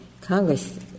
Congress